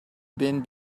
been